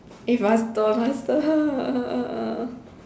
eh faster faster